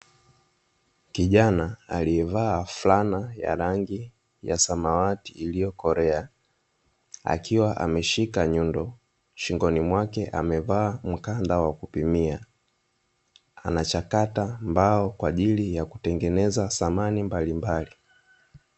Kijana alievaa fulana yenye rangi ya samawati iliyokolea akiwa ameshika nyundo, shingoni mwake amevaa mkanda wa kupimia anachakata mbao kwaajili ya kutengeneza samani mbalimbali.